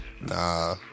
Nah